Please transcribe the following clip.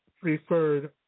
preferred